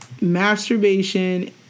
masturbation